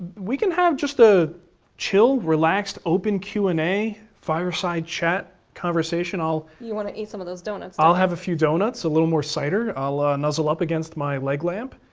we can have just a chilled, relaxed open q and a fireside chat, conversation. you want to eat some of those doughnuts. i'll have a few doughnuts, a little more cider. i'll ah nozzle up against my leg lamp.